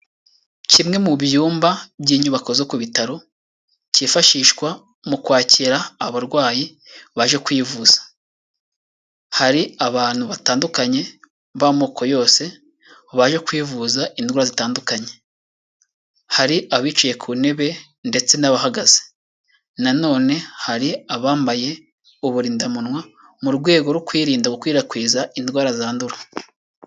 Kimwe mu byumba by'inyubako zo ku bitaro cyifashishwa mu kwakira abarwayi baje kwivuza hari abantu batandukanye b'amoko yose, baje kwivuza indwara zitandukanye hari abicaye ku ntebe ndetse n'abahagaze, na none hari abambaye uburindamunwa mu rwego rwo kwirinda gukwirakwiza indwara zandura.